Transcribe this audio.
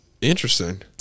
interesting